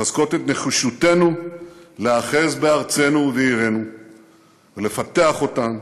מחזקות את נחישותנו להיאחז בארצנו ובעירנו ולפתח אותן,